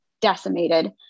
decimated